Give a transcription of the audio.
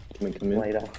later